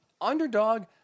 underdog